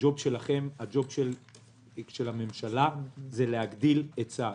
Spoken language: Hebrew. הג'וב שלכם, הג'וב של הממשלה הוא להגדיל היצע.